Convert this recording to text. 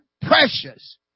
precious